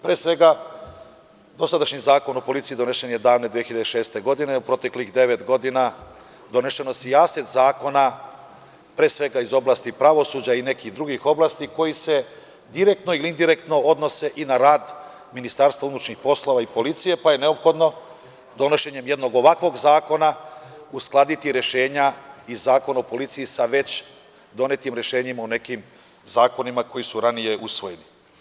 Pre svega, dosadašnji Zakon o policiji donesen je davne 2006. godine, a u proteklih devet godina donešeno je sijaset zakona pre svega iz oblasti pravosuđa i nekih drugih oblasti, koji se direktno ili indirektno odnose na rad MUP-a i policije, pa je neophodno donošenjem jednog ovakvog zakona uskladiti rešenja iz Zakona o policiji sa već donetim rešenjima u nekim zakonima koji su ranije usvojeni.